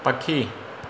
पखी